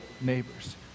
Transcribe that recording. neighbors